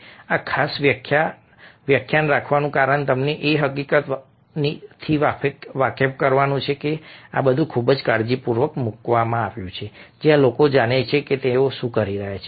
આ ખાસ વ્યાખ્યાન રાખવાનું કારણ તમને એ હકીકતથી વાકેફ કરવાનું છે કે આ બધું ખૂબ જ કાળજીપૂર્વક મૂકવામાં આવ્યું છે જ્યાં લોકો જાણે છે કે તેઓ શું કરી રહ્યા છે